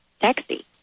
sexy